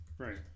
Right